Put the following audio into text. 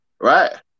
right